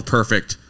perfect